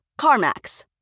CarMax